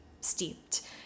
steeped